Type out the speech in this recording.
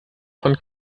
von